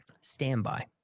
standby